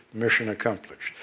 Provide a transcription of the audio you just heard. mission accomplished.